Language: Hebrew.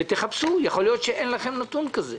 ותחפשו, יכול להיות שאין לכם נתון כזה.